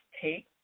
take